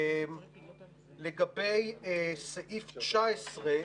לגבי סעיף 19,